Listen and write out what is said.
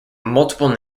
multiple